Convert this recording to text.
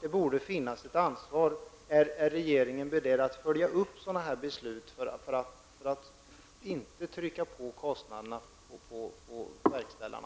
Det borde finnas ett ansvar. Är regeringen beredd att följa upp sådana här beslut för att inte överföra kostnaderna till verkställarna?